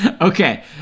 Okay